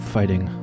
Fighting